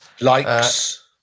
Likes